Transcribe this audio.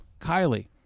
Kylie